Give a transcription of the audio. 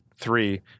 three